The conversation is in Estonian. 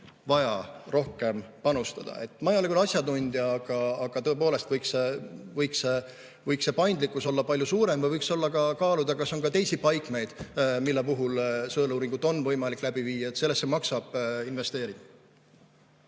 vaja rohkem panustada. Ma ei ole küll asjatundja, aga tõepoolest võiks see paindlikkus olla palju suurem või võiks kaaluda, kas on ka teisi paikmeid, mille puhul sõeluuringut on võimalik läbi viia. Sellesse maksab investeerida.